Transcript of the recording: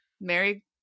Mary